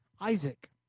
Isaac